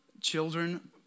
Children